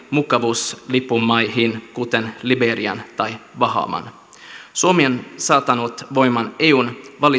mukavuuslippumaihin kuten liberiaan tai bahamaan suomi on saattanut voimaan eun